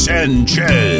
Sanchez